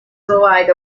provide